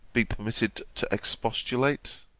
be permitted to expostulate